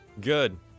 Good